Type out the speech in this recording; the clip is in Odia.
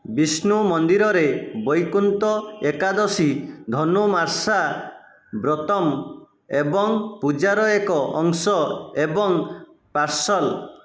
ବିଷ୍ଣୁ ମନ୍ଦିରରେ ବୈକୁନ୍ତ ଏକାଦଶୀ ଧନୁର୍ମାସା ବ୍ରତମ୍ ଏବଂ ପୂଜାର ଏକ ଅଂଶ ଏବଂ ପର୍ସନ୍